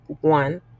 one